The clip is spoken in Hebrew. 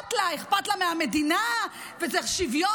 שאכפת לה, אכפת לה מהמדינה, וצריך שוויון.